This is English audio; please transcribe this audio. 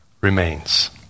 remains